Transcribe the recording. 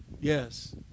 Yes